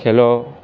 খেলো